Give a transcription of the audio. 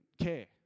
care